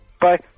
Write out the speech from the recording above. Bye